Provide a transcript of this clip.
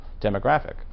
demographic